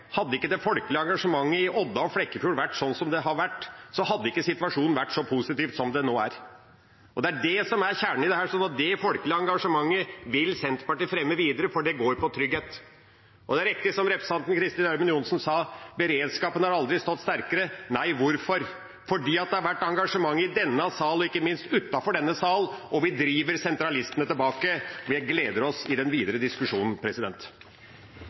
Hadde ikke det folkelige engasjementet i Odda og Flekkefjord vært som det har vært, hadde ikke situasjonen vært så positiv som den nå er. Det er det som er kjernen i dette. Så det folkelige engasjementet vil Senterpartiet fremme videre, for det går på trygghet. Det er riktig som representanten Kristin Ørmen Johnsen sa, at beredskapen aldri har stått sterkere. Hvorfor? Fordi det har vært engasjement i denne sal, og ikke minst utenfor denne sal. Vi driver sentralistene tilbake, og vi gleder oss til den videre diskusjonen.